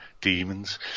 demons